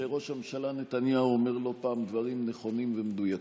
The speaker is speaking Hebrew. שראש הממשלה נתניהו אומר לא פעם דברים נכונים ומדויקים.